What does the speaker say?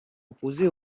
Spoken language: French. opposés